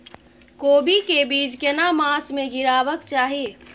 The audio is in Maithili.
कोबी के बीज केना मास में गीरावक चाही?